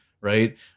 Right